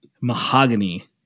Mahogany